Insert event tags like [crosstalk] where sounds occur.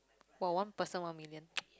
!wah! one person one million [noise]